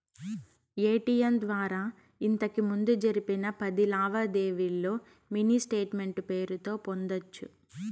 ATM ద్వారా ఇంతకిముందు జరిపిన పది లావాదేవీల్లో మినీ స్టేట్మెంటు పేరుతో పొందొచ్చు